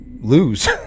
lose